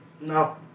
No